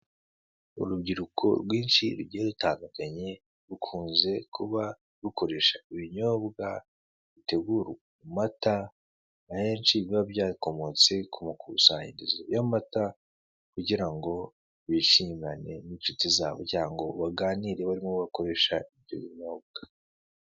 Urubyiruko rwinshi rugiye rutandukanye, rukunze kuba rukoresha ibinyobwa bitegurwa mu mata menshi, biba byakomotse ku makusanyirizo y'amata kugirango bishimane n'inshuti zabo cyangwa baganire barimo bakoresha ibyo binyobwa.